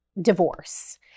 divorce